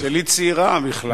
אה, אז שלי צעירה בכלל.